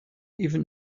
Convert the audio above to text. even